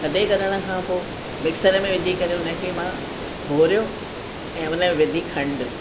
थधे करण खां पोइ मिक्सर में विझी करे हुनखे मां भोरियो ऐं हुन में विधी खंॾ